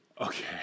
Okay